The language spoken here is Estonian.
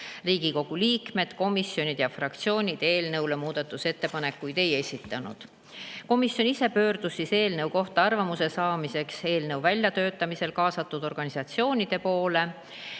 Riigikogu liikmed, komisjonid ja fraktsioonid eelnõu kohta muudatusettepanekuid ei esitanud. Komisjon ise pöördus eelnõu kohta arvamuse saamiseks eelnõu väljatöötamisel kaasatud organisatsioonide poole.